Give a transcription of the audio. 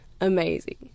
amazing